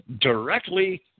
directly